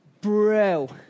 Brill